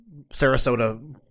Sarasota